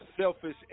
selfish